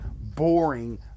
boring